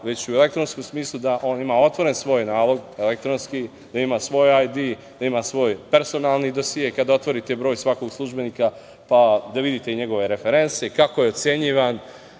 već u elektronskom smislu da on ima otvoren svoj nalog elektronski, da ima svoj ID, da ima svoj personalni dosije, kada otvorite broj svakog službenika, pa da vidite i njegove referense i kako je ocenjivan,